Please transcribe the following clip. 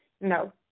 No